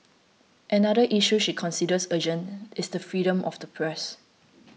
another issue she considers urgent is the freedom of the press